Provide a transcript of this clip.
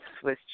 Swiss